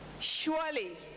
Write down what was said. Surely